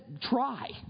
try